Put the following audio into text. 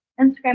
Instagram